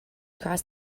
cross